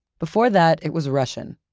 before that, it was russian.